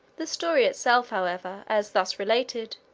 the story itself, however, as thus related,